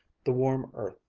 the warm earth,